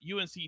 UNC